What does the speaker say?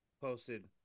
posted